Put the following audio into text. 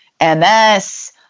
MS